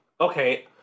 Okay